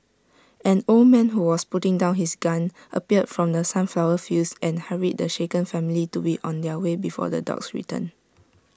an old man who was putting down his gun appeared from the sunflower fields and hurried the shaken family to be on their way before the dogs return